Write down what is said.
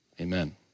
Amen